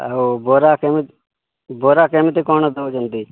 ଆଉ ବରା କେମିତି ବରା କେମିତି କ'ଣ ଦେଉଛନ୍ତି